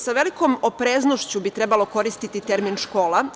Sa velikom opreznošću bi trebalo koristiti termin škola.